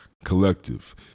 collective